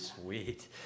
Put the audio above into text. Sweet